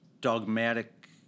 dogmatic